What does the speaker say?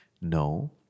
No